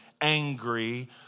angry